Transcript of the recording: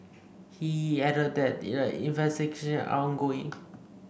he added that investigation are ongoing